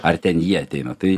ar ten jie ateina tai